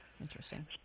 Interesting